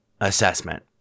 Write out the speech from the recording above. assessment